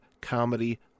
comedy